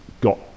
got